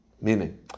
meaning